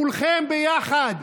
כולכם ביחד,